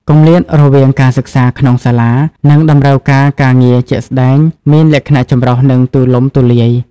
គម្លាតរវាងការសិក្សាក្នុងសាលា និងតម្រូវការការងារជាក់ស្តែងមានលក្ខណៈចម្រុះ និងទូលំទូលាយ។